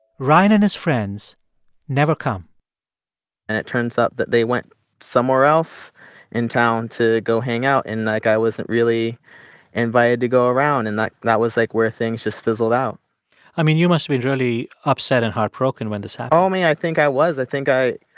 ryan and his friends never come and it turns out that they went somewhere else in town to go hang out. and, like, i wasn't really invited to go around. and that that was, like, where things just fizzled out i mean, you must be really upset and heartbroken when this happened ah only i think i was. i think i i